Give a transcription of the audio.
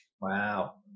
Wow